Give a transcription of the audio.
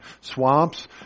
swamps